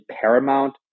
paramount